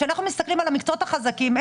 כשאנחנו מסתכלים על המקצועות החזקים,